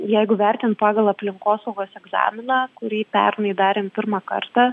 jeigu vertint pagal aplinkosaugos egzaminą kurį pernai darėm pirmą kartą